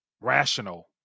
rational